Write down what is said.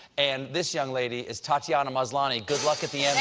and this young lady is tatiana maslany. good luck at the and